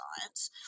Science